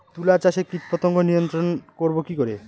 তুলা চাষে কীটপতঙ্গ নিয়ন্ত্রণর করব কি করে?